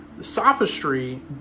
Sophistry